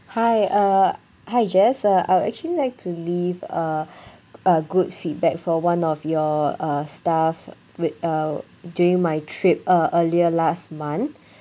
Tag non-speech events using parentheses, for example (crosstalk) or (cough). hi uh hi jess uh I'd actually like to leave a (breath) a good feedback for one of your uh staff with uh during my trip uh earlier last month